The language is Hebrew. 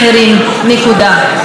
נקודה.